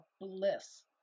bliss